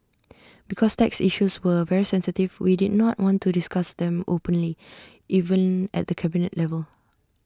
because tax issues were very sensitive we did not want to discuss them openly even at the cabinet level